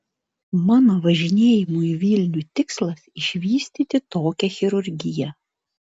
mano važinėjimų į vilnių tikslas išvystyti tokią chirurgiją